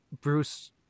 Bruce